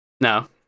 No